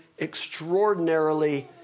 extraordinarily